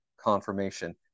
confirmation